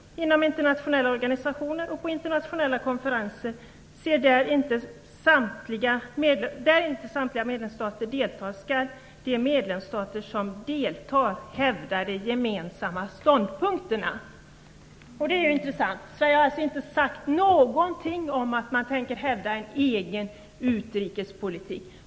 Inom internationella organisationer och på internationella konferenser där inte samtliga medlemsstater deltar skall de medlemsstater som deltar hävda de gemensamma ståndpunkterna. Det är intressant. Sverige har alltså inte sagt någonting om att man tänker hävda en egen utrikespolitik.